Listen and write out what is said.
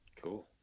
Cool